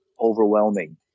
overwhelming